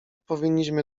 powinniśmy